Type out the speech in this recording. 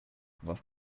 was